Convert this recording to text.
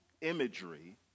imagery